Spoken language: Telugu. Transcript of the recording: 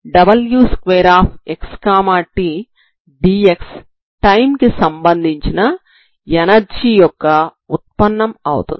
dEdt12ddtw2xt⏟dxBటైం కి సంబంధించిన ఎనర్జీ యొక్క ఉత్పన్నం అవుతుంది